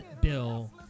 Bill